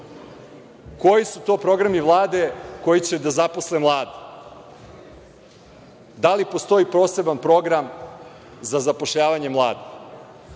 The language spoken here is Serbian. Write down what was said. Koji su to programi Vlade koji će da zaposle mlade? Da li postoji poseban program za zapošljavanje